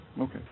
Okay